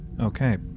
Okay